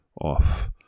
off